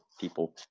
people